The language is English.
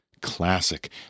classic